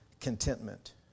contentment